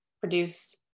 produce